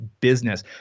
business